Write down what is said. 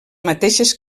mateixes